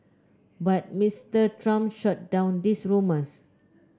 but Mister Trump shot down those rumours